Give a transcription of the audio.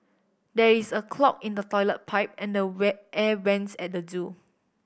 there is a clog in the toilet pipe and the wear air vents at the zoo